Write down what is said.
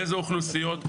באיזה אוכלוסיות,